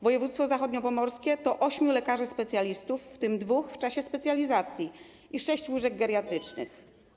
Województwo zachodniopomorskie ma ośmiu lekarzy specjalistów, w tym dwóch w trakcie specjalizacji, i sześć łóżek geriatrycznych.